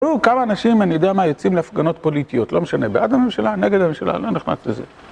ראו כמה אנשים, אני יודע מה, יוצאים להפגנות פוליטיות, לא משנה בעד הממשלה, נגד הממשלה, לא נכנס לזה.